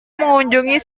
mengunjungi